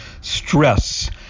stress